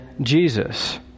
Jesus